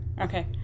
okay